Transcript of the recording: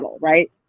right